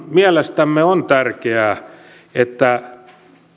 mielestämme on tärkeää että